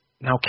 Now